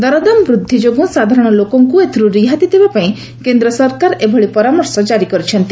ଦରଦାମ ବୃଦ୍ଧି ଯୋଗୁଁ ସାଧାରଣ ଲୋକଙ୍କୁ ଏଥିରୁ ରିହାତି ଦେବାପାଇଁ କେନ୍ଦ୍ର ସରକାର ଏଭଳି ପରାମର୍ଶ ଜାରି କରିଛନ୍ତି